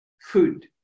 food